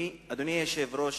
אדוני היושב-ראש,